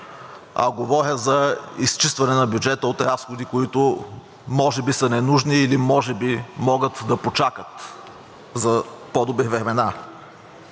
а говоря за изчистване на бюджета от разходи, които може би са ненужни или може би могат да почакат за по-добри времена.